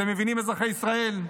אתם מבינים, אזרחי ישראל,